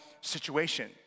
situation